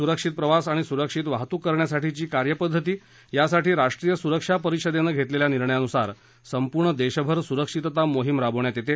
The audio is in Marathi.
सुरक्षित प्रवासआणि सुरक्षित वाहतूक करण्यासाठीची कार्यपद्धती यासाठी राष्ट्रीय सुरक्षा परिषदेनं घेतलेल्या निर्णयानुसार संपूर्ण देशभर सुरक्षितता मोहिम राबवण्यात येते